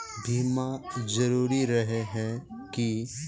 बीमा जरूरी रहे है की?